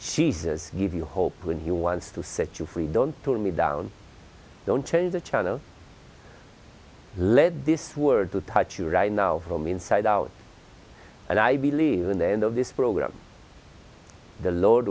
jesus give you hope when he wants to set you free don't turn me down don't change the channel led this word to touch you right now from inside out and i believe in the end of this program the lord